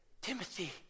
Timothy